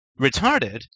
retarded